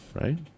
right